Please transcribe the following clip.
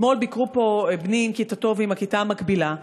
אתמול ביקר פה בני עם כיתתו ועם הכיתה המקבילה,